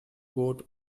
boat